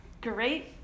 great